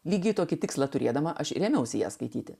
lygiai tokį tikslą turėdama aš ėmiausi ją skaityti